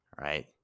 right